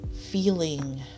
feeling